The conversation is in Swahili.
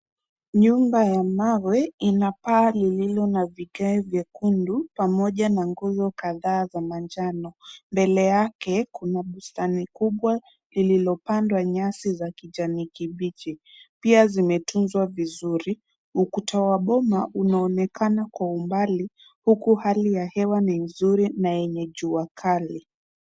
Nyumba ya mawe ina paa lililo na vigae vyekundu pamoja na nguzo kadhaa za manjano. Mbele yake, kuna bustani kubwa iliyopandwa nyasi ya kijani kibichi pia imetunzwa vizuri. Ukuta wa boma unaonekana kwa umbali huku hali ya hewa ni nzuri na yenye jua kali.